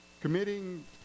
Committing